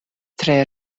tre